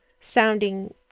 sounding